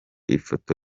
ifoto